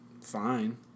fine